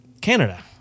Canada